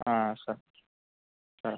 సరే సరే